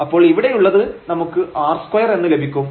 അപ്പോൾ ഇവിടെയുള്ളത് നമുക്ക് r2 എന്ന് ലഭിക്കും